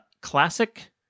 classic